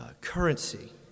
currency